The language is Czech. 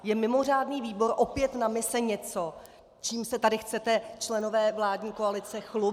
Je mimořádný výbor, opět na mise, něco, čím se tady chcete, členové vládní koalice, chlubit?